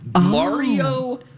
Mario